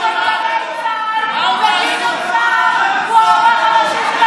סער הוא העורך הראשי של